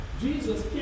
Jesus